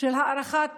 להארכת